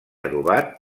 adobat